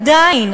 עדיין,